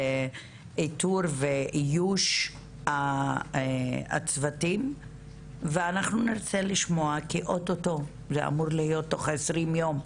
איתור ואיוש הצוותים ואנחנו נרצה לשמוע כי זה אמור להיות תוך 20 יום,